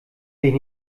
dich